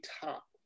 top